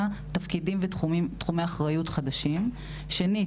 תפקידים ותחומי אחריות חדשים; שנית,